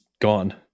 gone